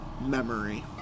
Memory